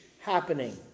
happening